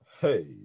Hey